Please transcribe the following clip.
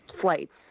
flights